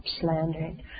slandering